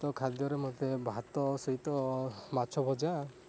ତ ଖାଦ୍ୟରେ ମୋତେ ଭାତ ସହିତ ମାଛଭଜା